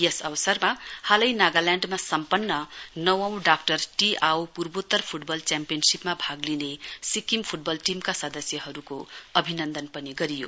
यस अवसरमा हालै नागाल्याण्डमा सम्पन्न नवौं डाक्टर टी आवो पूर्वोत्तर फुटबल च्याम्पियनशीपमा भाग लिने सिक्किम फुटबल टीमका सदस्यहरुको अभिनन्दन गर्यो